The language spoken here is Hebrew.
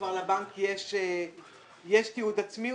ולבנק יש תיעוד עצמי,